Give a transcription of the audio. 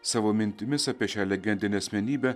savo mintimis apie šią legendinę asmenybę